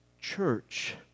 church